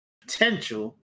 potential